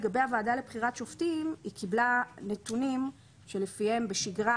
לגבי הוועדה לבחירת שופטים היא קיבלה נתונים שלפיהם בשגרה,